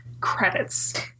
credits